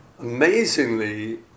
amazingly